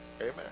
Amen